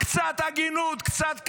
קצת הגינות, קצת כבוד.